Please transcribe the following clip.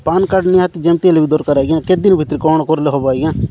ପାନ୍ card ନିହାତି ଯେମିତି ହେଲେ ବି ଦରକାର ଆଜ୍ଞା କେତ ଦିନ ଭିତରେ କ'ଣ କଲେ ହେବ ଆଜ୍ଞା